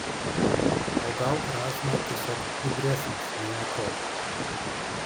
o gal razma tiesiog gudresnis nei atrodo